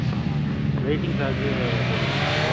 ஆ waiting சார்ஜி போடுவீங்களா